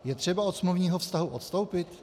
Je třeba od smluvního vztahu odstoupit?